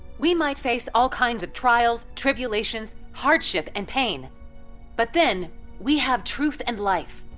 we might face all kinds of trials, tribulations, hardship, and pain but then we have truth and life.